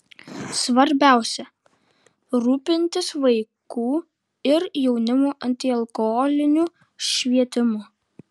svarbiausia rūpintis vaikų ir jaunimo antialkoholiniu švietimu